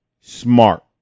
smart